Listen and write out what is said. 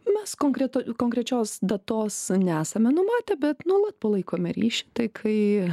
mes konkretų konkrečios datos nesame numatę bet nuolat palaikome ryšį tai kai